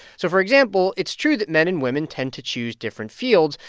so for example, it's true that men and women tend to choose different fields.